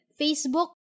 Facebook